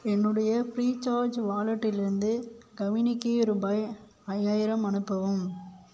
என்னுடைய Freecharge வாலட்டிலிருந்து கவினிக்கு ரூபாய் ஐயாயிரம் அனுப்பவும்